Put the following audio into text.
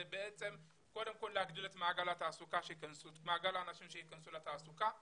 זה בעצם קודם כל להגדיל את מעגל האנשים שייכנסו למעגל התעסוקה,